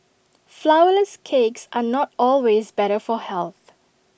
Flourless Cakes are not always better for health